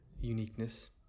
uniqueness